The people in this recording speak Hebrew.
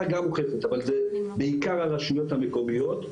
גם חייבת אבל זה בעיקר הרשויות המקומיות.